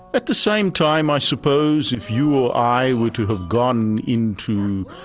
at the same time, i suppose if you or i were to have gone into